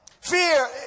Fear